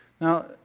Now